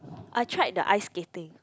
I tried the ice skating